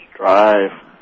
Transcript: Drive